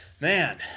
Man